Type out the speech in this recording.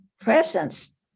presence